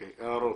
הערות.